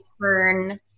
turn